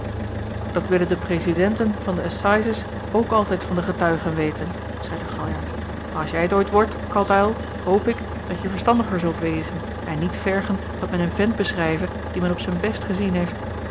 dat willen de presidenten van de assises ook altijd van de getuigen weten zeide galjart maar als jij t ooit wordt katuil hoop ik dat je verstandiger zult wezen en niet vergen dat men een vent beschrijve dien men op zijn best gezien heeft